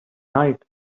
night